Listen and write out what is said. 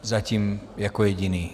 Zatím jako jediný.